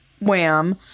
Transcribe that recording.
Wham